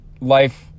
life